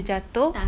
stewardess